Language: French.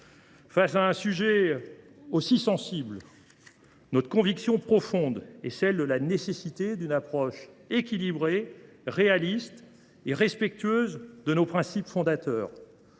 Face à un sujet aussi sensible, notre conviction profonde est celle de la nécessité d’une approche équilibrée, réaliste, et respectueuse de nos principes fondateurs.